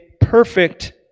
perfect